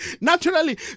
Naturally